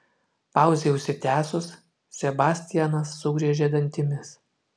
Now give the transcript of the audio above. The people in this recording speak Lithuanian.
pauzei užsitęsus sebastianas sugriežė dantimis